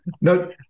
No